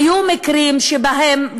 היו מקרים שבהם,